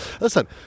Listen